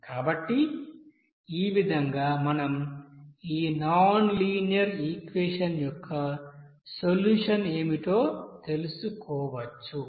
కాబట్టి ఈ విధంగా మనం ఈ నాన్ లీనియర్ ఈక్యేషన్ం యొక్క సొల్యూషన్ ఏమిటో తెలుసుకోవచ్చు